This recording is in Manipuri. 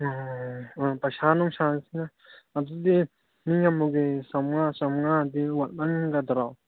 ꯑꯣ ꯑꯣ ꯄꯩꯁꯥ ꯅꯨꯡꯁꯥꯁꯤꯅ ꯑꯗꯨꯗꯤ ꯃꯤ ꯑꯃꯒꯤ ꯆꯥꯝꯃꯉꯥ ꯆꯥꯝꯃꯉꯥꯗꯤ ꯋꯥꯠꯃꯟꯒꯗ꯭ꯔꯣ